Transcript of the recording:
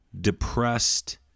depressed